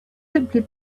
simply